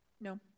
No